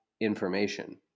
information